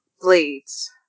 blades